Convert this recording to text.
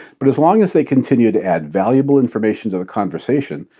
but as long as they continue to add valuable information to the conversation,